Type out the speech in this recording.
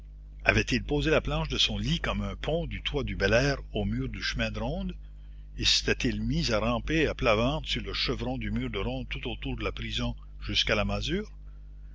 avait-il posé la planche de son lit comme un pont du toit du bel air au mur du chemin de ronde et s'était-il mis à ramper à plat ventre sur le chevron du mur de ronde tout autour de la prison jusqu'à la masure